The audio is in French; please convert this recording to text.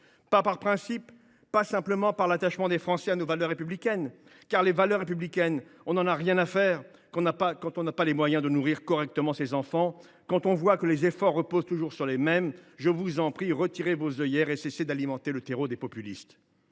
pas par principe ou en raison de l’attachement des Français à nos valeurs républicaines, car on se soucie peu des valeurs républicaines quand on n’a pas les moyens de nourrir correctement ses enfants ou quand on voit que les efforts reposent toujours sur les mêmes. Je vous en prie, retirez vos œillères et cessez d’alimenter le terreau des populistes